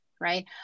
right